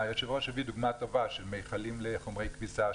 היושב-ראש הביא דוגמה טובה של מיכלים לחומרי כביסה,